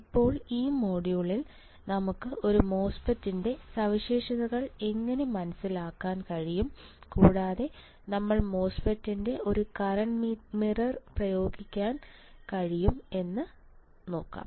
ഇപ്പോൾ ഈ മൊഡ്യൂളിൽ നമുക്ക് ഒരു മോസ്ഫെറ്റിന്റെ സവിശേഷതകൾ എങ്ങനെ മനസിലാക്കാൻ കഴിയും കൂടാതെ നമ്മൾ മോസ്ഫെറ്റിന്റെ ഒരു കറൻറ് മിറർ പ്രയോഗിക്കാൻ കഴിയും എന്ന് നോക്കാം